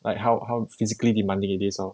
like how how physically demanding it is lor